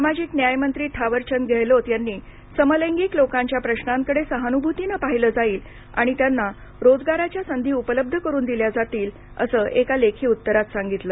सामाजिक नये मंत्री थावर चंद गेहलोत यांनी समलँगिक लोकांच्या प्रशांकडे सहानुभूतीनं पाहिलं जाईल आणि त्यांना रोजगाराच्या संधी उपलब्ध करून दिल्या जातील असं एका लेखी उत्तरात सांगितलं